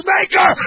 Maker